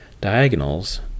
diagonals